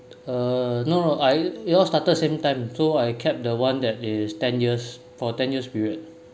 uh no no I it all started same time so I kept the one that is ten years for ten years period